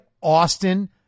Austin